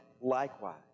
likewise